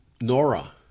Nora